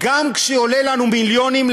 גם כשעולה לנו מיליונים,